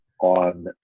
on